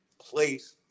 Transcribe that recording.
place